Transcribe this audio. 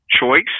choice